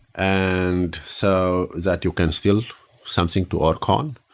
and so that you can still something to work on,